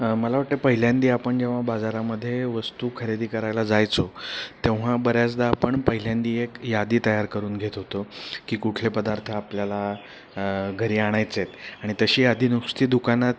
मला वाटते पहिल्यांदा आपण जेव्हा बाजारामध्ये वस्तू खरेदी करायला जायचो तेव्हा बऱ्याचदा आपण पहिल्यांदा एक यादी तयार करून घेत होतो की कुठले पदार्थ आपल्याला घरी आणायचं आहेत आणि तशी यादी नुसती दुकानात